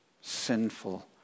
sinful